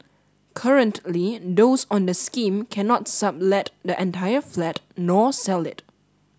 currently those on the scheme cannot sublet the entire flat nor sell it